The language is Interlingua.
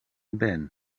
ben